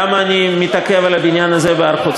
למה אני מתעכב על הבניין הזה בהר-חוצבים?